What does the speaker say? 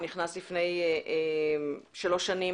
שנכנס לפני שלוש שנים,